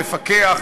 נפקח,